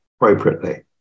appropriately